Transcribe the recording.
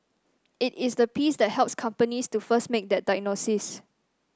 it is the piece that helps companies to first make that diagnosis